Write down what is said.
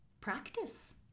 practice